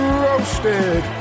roasted